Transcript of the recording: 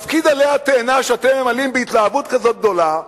תפקיד עלה התאנה שאתם ממלאים בהתלהבות כזאת גדולה,